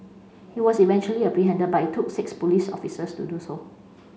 he was eventually apprehended but it took six police officers to do so